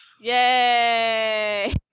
Yay